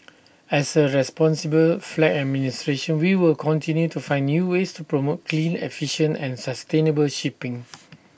as A responsible flag administration we will continue to find new ways to promote clean efficient and sustainable shipping